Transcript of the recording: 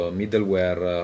middleware